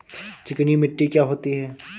चिकनी मिट्टी क्या होती है?